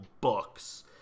books